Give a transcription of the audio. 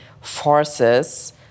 forces